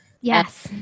Yes